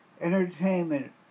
entertainment